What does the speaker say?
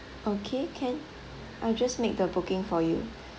okay can I just make the booking for you